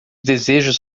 desejos